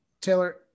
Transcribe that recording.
Taylor